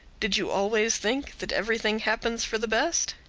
did you always think that everything happens for the best?